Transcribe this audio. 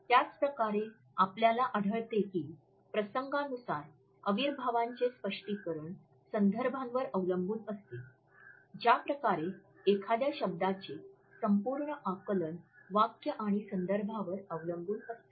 त्याच प्रकारे आपल्याला आढळते की प्रसंगानुसार अविर्भावांचे स्पष्टीकरण संदर्भांवर अवलंबून असते ज्याप्रकारे एखाद्या शब्दाचे संपूर्ण आकलन वाक्य आणि संदर्भांवर अवलंबून असते